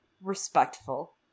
respectful